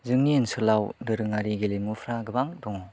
जोंनि ओनसोलाव दोरोङारि गेलेमुफ्रा गोबां दं